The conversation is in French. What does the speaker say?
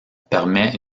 permet